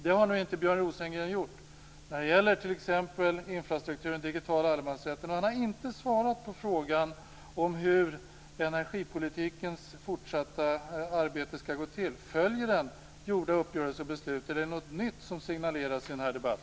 Det har nu inte Björn Rosengren gjort när det gäller t.ex. infrastrukturen och den digitala allemansrätten. Han har inte svarat på frågan om hur arbetet med energipolitiken skall gå till i fortsättningen. Följer man gjorda uppgörelser och fattade beslut, eller är det något nytt som signaleras i denna debatt?